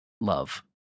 love